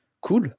Cool